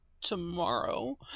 tomorrow